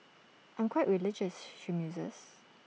I'm quite religious she muses